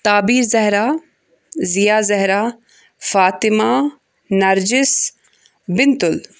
Tabeer Zahra Ziya Zahra Fatima Nargis Bintul